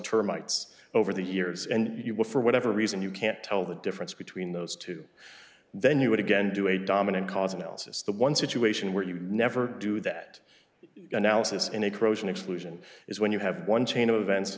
termites over the years and you will for whatever reason you can't tell the difference between those two then you would again do a dominant cause and elsa's the one situation where you never do that analysis in a corrosion exclusion is when you have one chain of events